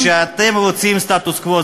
כשאתם רוצים סטטוס-קוו,